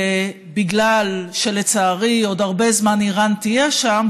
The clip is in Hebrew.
בגלל שלצערי עוד הרבה זמן איראן תהיה שם,